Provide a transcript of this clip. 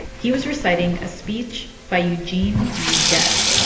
he was reciting a speech by eugene v. debs.